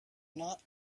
not